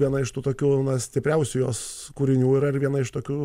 viena iš tų tokių stipriausių jos kūrinių yra viena iš tokių